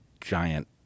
giant